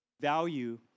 value